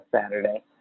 Saturday